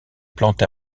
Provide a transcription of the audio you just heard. plantes